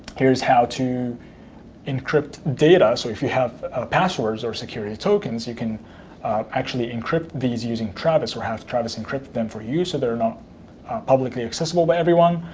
here's how to encrypt data. so if you have passwords or security tokens, you can actually encrypt these using travis or have travis encrypt them for use so they're not publicly accessible by everyone.